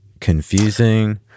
confusing